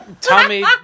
Tommy